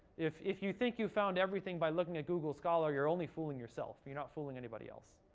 if if you think you've found everything by looking at google scholar, you're only fooling yourself. you're not fooling anybody else.